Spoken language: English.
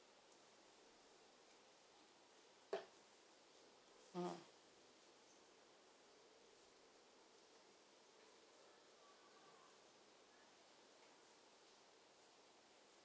mm